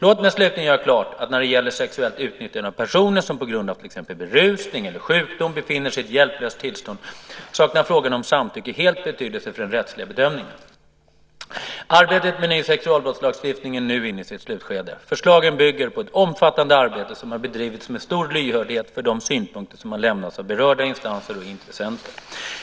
Låt mig slutligen göra klart att när det gäller sexuellt utnyttjande av personer som på grund av till exempel berusning eller sjukdom befinner sig i ett hjälplöst tillstånd, saknar frågan om samtycke helt betydelse för den rättsliga bedömningen. Arbetet med en ny sexualbrottslagstiftning är nu inne i sitt slutskede. Förslagen bygger på ett omfattande arbete som har bedrivits med stor lyhördhet för de synpunkter som har lämnats av berörda instanser och intressenter.